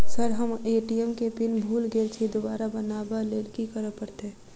Sir हम अप्पन ATM केँ पिन भूल गेल छी दोबारा बनाब लैल की करऽ परतै?